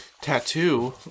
Tattoo